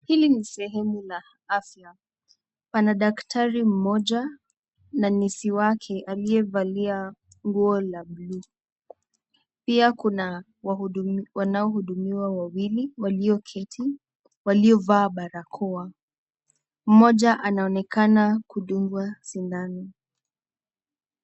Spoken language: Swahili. Hili ni sehemu la afya. Pana daktari mmoja na nesi wake aliyevalia nguo la bluu pia kuna wanaohudumiwa wawili walioketi waliovaa barakoa. Mmoja anaonekana kudungwa sindano.